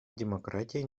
демократия